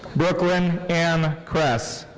brooklyn ann kress.